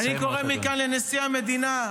אני קורא מכאן לנשיא המדינה.